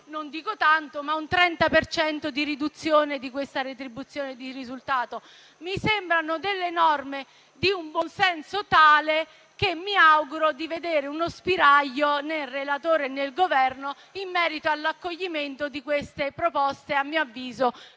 un 30 per cento di riduzione di questa retribuzione di risultato? Mi sembrano norme di tale buon senso che mi auguro di vedere uno spiraglio nel relatore e nel Governo in merito all'accoglimento di queste proposte, a mio avviso